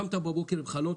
קמת בבוקר עם חלום,